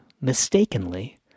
mistakenly